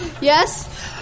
Yes